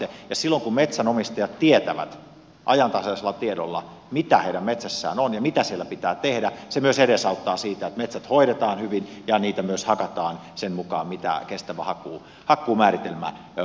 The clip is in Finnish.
silloin kun metsänomistajat tietävät ajantasaisella tiedolla mitä heidän metsässään on ja mitä siellä pitää tehdä se myös edesauttaa sitä että metsät hoidetaan hyvin ja niitä myös hakataan sen mukaan mitä kestävässä hakkuumääritelmässä on annettu